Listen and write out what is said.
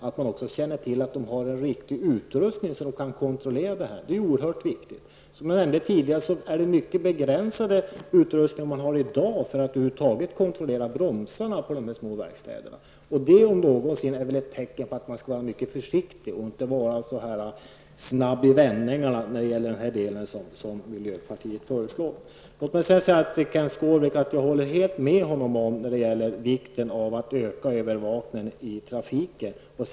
Som jag tidigare nämnde har många verkstäder i dag en begränsad utrustning för att kontrollera t.ex. bromsar. Det om något gör väl att man måste vara mycket försiktig och inte vara så snabb i vändningarna som miljöpartiet föreslår beträffande denna efterkontroll. Jag håller helt med Kenth Skårvik om vikten av att övervakningen av trafiken måste öka.